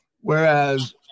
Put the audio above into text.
Whereas